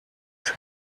your